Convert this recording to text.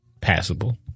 passable